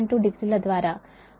72 డిగ్రీల ద్వారా 4